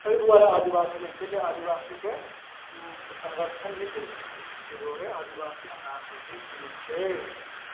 एहि दुआरे आदिवासी नहि छै जे आदिवासीके संरक्षण नहि देल गेलै हँ ताहि दुआरे आदिवासी हमरा सभ दिस नहि छै